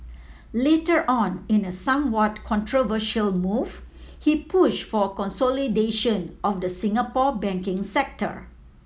later on in a somewhat controversial move he pushed for consolidation of the Singapore banking sector